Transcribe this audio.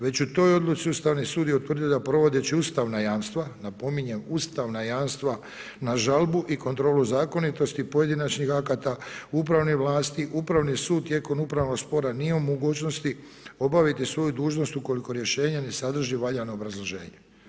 Već u toj odluci Ustavni sud je utvrdio da provodeći ustavna jamstva, napominjem ustavna jamstva na žalbu i kontrolu zakonitosti pojedinačnih akta, upravnih vlasti, Upravni sud tijekom upravnog spora nije u mogućnosti obaviti svoju dužnost ukoliko rješenje ne sadrži valjano obrazloženje.